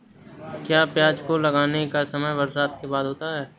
क्या प्याज को लगाने का समय बरसात के बाद होता है?